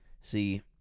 See